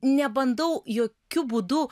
nebandau jokiu būdu